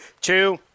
two